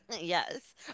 Yes